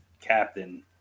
captain